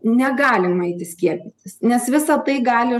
negalima eiti skiepytis nes visa tai gali